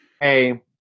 Hey